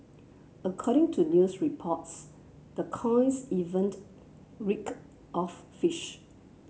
according to news reports the coins even reeked of fish